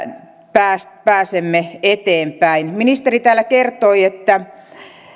pääsemme pääsemme eteenpäin ministeri täällä kertoi että